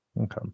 Okay